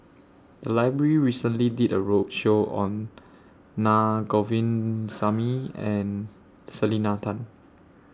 The Library recently did A roadshow on Naa Govindasamy and Selena Tan